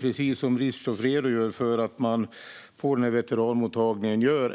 Precis som Richthoff säger görs en utredning på Veteranmottagningen.